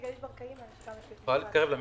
בבקשה.